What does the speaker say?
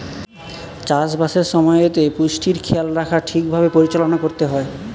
চাষ বাসের সময়তে পুষ্টির খেয়াল রাখা ঠিক ভাবে পরিচালনা করতে হয়